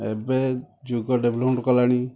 ଏବେ ଯୁଗ ଡେଭଲପମେଣ୍ଟ୍ କଲାଣି